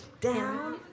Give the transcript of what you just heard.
down